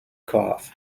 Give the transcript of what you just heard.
cough